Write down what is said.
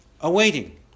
awaiting